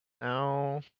now